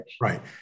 Right